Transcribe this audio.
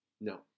No